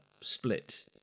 split